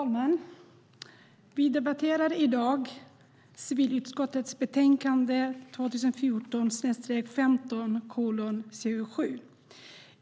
Fru talman! Vi debatterar i dag civilutskottets betänkande 2014/15:CU7.